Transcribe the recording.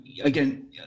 Again